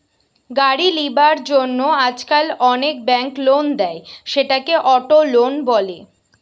গাড়ি লিবার জন্য আজকাল অনেক বেঙ্ক লোন দেয়, সেটাকে অটো লোন বলে